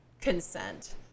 consent